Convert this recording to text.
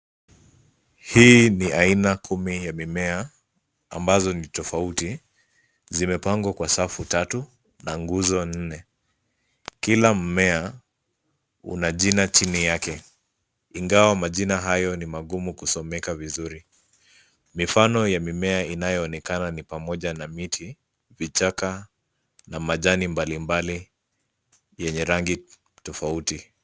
Hii ni aina kumi ya mimea ambazo ni tofauti, zimepangwa kwa safu tatu na nguzo nne. Kila mmea una jina chini yake, ingawa majina hayo ni magumu kusomeka vizuri. Mifano ya mimea inayoonekana ni pamoja na miti, vichaka na majani mbalimbali yenye rangi tofauti.